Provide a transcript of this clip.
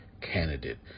candidate